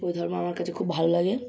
ঐ ধর্ম আমার কাছে খুব ভালো লাগে